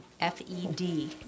F-E-D